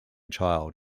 child